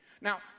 Now